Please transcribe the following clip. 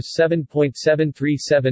$7.737